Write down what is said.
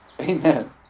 Amen